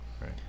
Right